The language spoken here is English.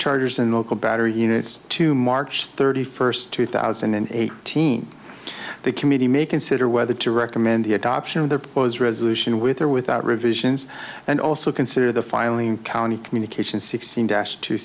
chargers and local battery units to march thirty first two thousand and eighteen the committee may consider whether to recommend the adoption of their proposed resolution with or without revisions and also consider the filing county communication sixteen dash